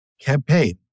campaign